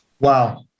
Wow